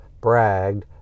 bragged